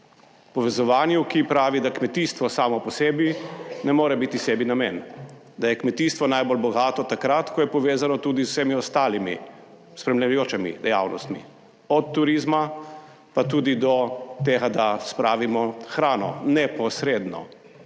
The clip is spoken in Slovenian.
Povezovanju, ki pravi, da kmetijstvo samo po sebi ne more biti sebi namen, da je kmetijstvo najbolj bogato takrat, ko je povezano tudi z vsemi ostalimi spremljajočimi dejavnostmi, od turizma pa tudi do tega, da spravimo hrano neposredno